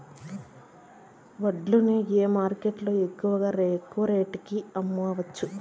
వడ్లు ని ఏ మార్కెట్ లో ఎక్కువగా రేటు కి అమ్మవచ్చు?